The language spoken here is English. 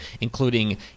including